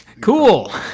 cool